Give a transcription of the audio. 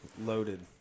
loaded